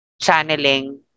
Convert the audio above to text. channeling